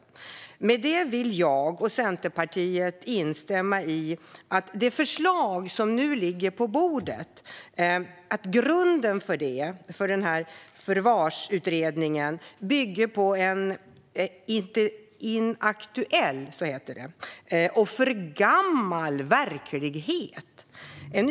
I och med detta vill jag och Centerpartiet instämma i att grunden för Förvarsutredningen bygger på en inaktuell och för gammal verklighet.